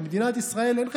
במדינת ישראל אין רפורמים,